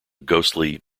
ghostly